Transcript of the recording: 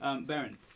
Baron